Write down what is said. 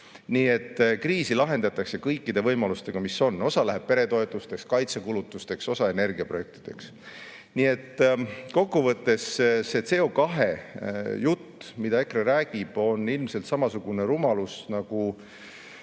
Nii et kriisi lahendatakse kõikide võimalustega, mis on. Osa läheb peretoetusteks, osa kaitsekulutusteks, osa energiaprojektideks. Nii et kokkuvõttes see CO2jutt, mida EKRE räägib, on ilmselt samasugune rumalus nagu